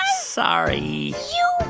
um sorry. you